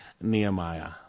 Nehemiah